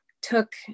took